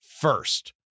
first